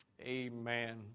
amen